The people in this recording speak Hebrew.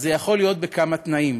אז זה יכול להיות בכמה תנאים.